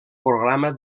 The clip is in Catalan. programa